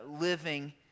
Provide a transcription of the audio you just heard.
living